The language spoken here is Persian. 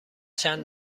چند